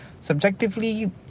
subjectively